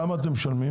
כמה אתם משלמים?